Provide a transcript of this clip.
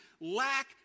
lack